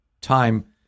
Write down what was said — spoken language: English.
time